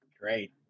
Great